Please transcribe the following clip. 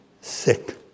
sick